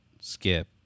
skip